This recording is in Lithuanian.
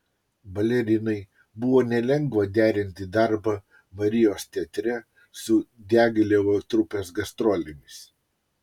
balerinai buvo nelengva derinti darbą marijos teatre su diagilevo trupės gastrolėmis